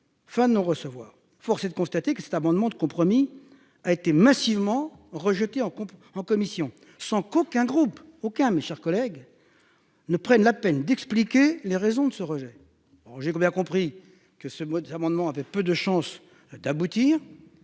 fin de non-recevoir, force est de constater que cet amendement de compromis a été massivement rejeté en coupe en commission sans qu'aucun groupe aucun mes chers collègues. Ne prenne la peine d'expliquer les raisons de ce rejet, alors j'ai compris, a compris que ce mot d'amendements avait peu de chances d'aboutir.